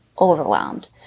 overwhelmed